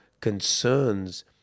concerns